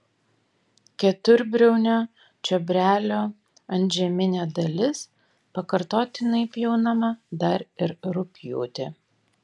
keturbriaunio čiobrelio antžeminė dalis pakartotinai pjaunama dar ir rugpjūtį